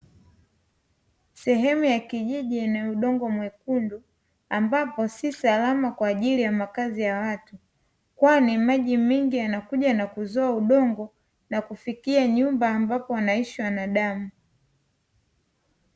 Sehemu ya kijiji yenye udongo mwekundu ambapo sio salama kwa ajili ya makazi ya watu, kwani maji mengi yanakuja na kuzoa udongo na kufikia nyumba ambapo wanaishi wanadamu.